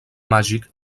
màgic